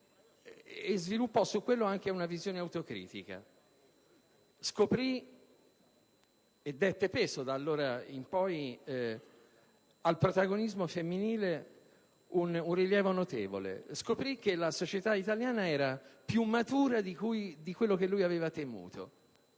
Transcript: che sviluppò a quel riguardo anche una visione autocritica: scoprì e dette, da allora in poi, al protagonismo femminile un rilievo notevole. Scoprì che la società italiana era più matura di quello che avevo temuto.